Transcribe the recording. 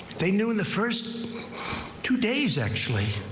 they knew in the first two days actually.